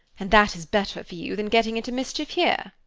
and that is better for you than getting into mischief here.